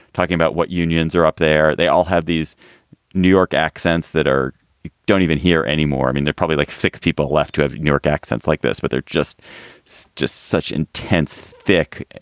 talking about what unions are up there. they all have these new york accents that are you don't even hear anymore. i mean, they're probably like six people left to have new york accents like this, but they're just it's so just such intense, thick,